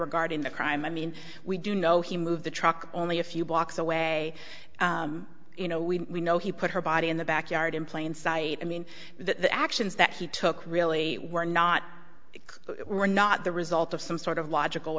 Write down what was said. regarding the crime i mean we do know he moved the truck only a few blocks away you know we know he put her body in the backyard in plain sight i mean the actions that he took really were not were not the result of some sort of logical